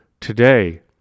today